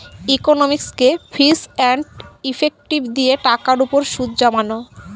ইকনমিকসে ফিচ and effective দিয়ে টাকার উপর সুদ জমানো